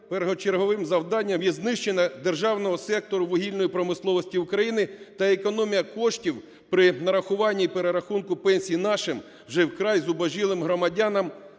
першочерговим завданням є знищення державного сектору вугільної промисловості України та економія коштів при нарахуванні перерахунку пенсій нашим, вже вкрай зубожілим, громадянам.